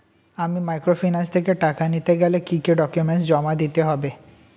আমি মাইক্রোফিন্যান্স থেকে টাকা নিতে গেলে কি কি ডকুমেন্টস জমা দিতে হবে?